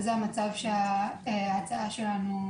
זה מצב שההצעה שלנו,